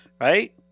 right